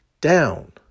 down